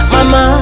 Mama